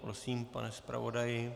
Prosím, pane zpravodaji.